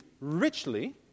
richly